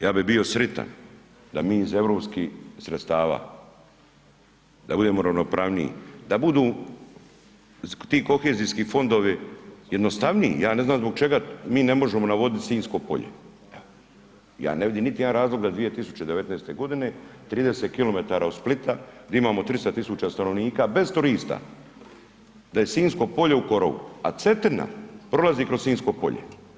Ja bih bio sretan da mi iz europskih sredstava, da budemo ravnopravniji, da budu ti kohezijski fondovi jednostavniji, ja ne znam zbog čega mi ne možemo navodniti Sinjsko polje, ja ne vidim niti jedan razlog da 2019. godine 30km od Splita, gdje imamo 300 tisuća stanovnika bez turista, da je Sinjsko polje u korovu a Cetina, prolazi kroz Sinjsko polje.